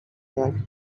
that